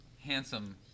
Handsome